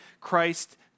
Christ